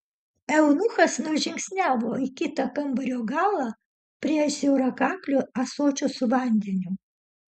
eunuchas nužingsniavo į kitą kambario galą prie siaurakaklio ąsočio su vandeniu